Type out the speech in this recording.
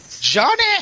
Johnny